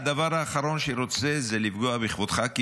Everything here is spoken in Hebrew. הדבר האחרון שאני רוצה הוא לפגוע בכבודך,